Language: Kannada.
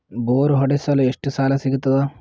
ಬೋರ್ ಹೊಡೆಸಲು ಎಷ್ಟು ಸಾಲ ಸಿಗತದ?